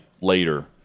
later